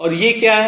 और ये क्या हैं